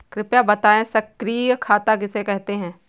कृपया बताएँ सक्रिय खाता किसे कहते हैं?